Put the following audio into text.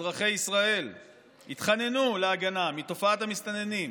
אזרחי ישראל התחננו להגנה מתופעת המסתננים,